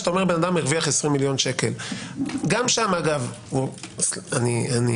שאומר: אדם הרוויח 20 מיליון שם - לא שאני